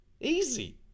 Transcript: Easy